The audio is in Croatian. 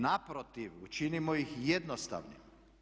Naprotiv, učinimo ih jednostavnim.